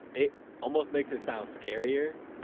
it almost makes it sound scarier.